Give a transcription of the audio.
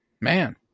Man